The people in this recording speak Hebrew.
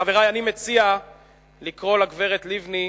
חברי, אני מציע לקרוא לגברת לבני,